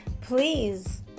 please